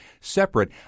separate